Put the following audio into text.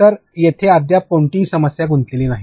तर येथे अद्याप कोणतीही सामग्री गुंतलेली नाही